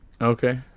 Okay